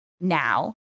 now